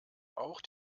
auch